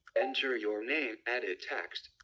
enter your name. edit text.